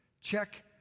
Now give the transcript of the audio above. Check